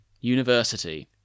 university